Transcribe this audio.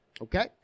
Okay